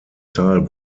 teil